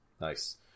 Nice